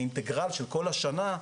אינטגרל של כל השנה,